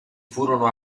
furono